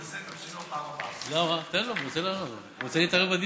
תן לו, הוא רוצה להתערב בדיון.